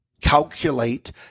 calculate